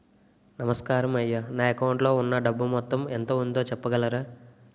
నమస్కారం అయ్యా నా అకౌంట్ లో ఉన్నా డబ్బు మొత్తం ఎంత ఉందో చెప్పగలరా?